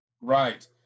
Right